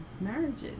marriages